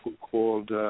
called